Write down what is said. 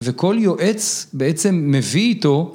וכל יועץ בעצם מביא איתו